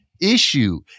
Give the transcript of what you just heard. issue